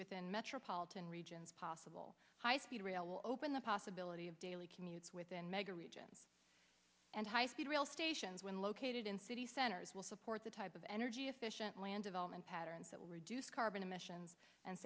within metropolitan regions possible high speed rail will open the possibility of daily commutes within mega regions and high speed rail stations when located in city centers will support the type of energy efficient land development patterns that will reduce carbon emissions and